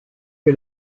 que